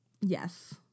Yes